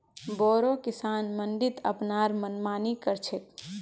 बोरो किसान मंडीत अपनार मनमानी कर छेक